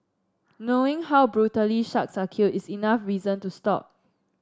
knowing how brutally sharks are killed is enough reason to stop